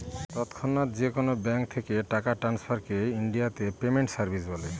তৎক্ষণাৎ যেকোনো ব্যাঙ্ক থেকে টাকা ট্রান্সফারকে ইনডিয়াতে পেমেন্ট সার্ভিস বলে